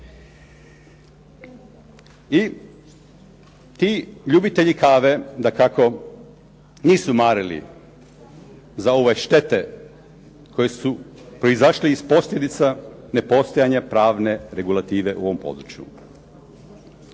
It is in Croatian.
I ti ljubitelji kave dakako nisu marili za ove štete koje su proizašle iz posljedica nepostojanje pravne regulative u ovom području.